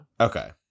Okay